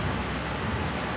my other